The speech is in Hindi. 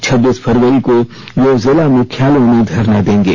छब्बीस फरवरी को वे जिला मुख्यालयों में धरना देंगे